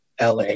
LA